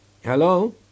Hello